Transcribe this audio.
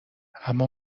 اما